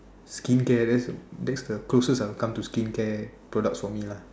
skincare that's that's the closest I have come to skincare products for me lah